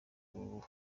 uruhu